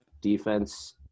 defense